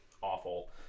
Awful